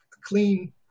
clean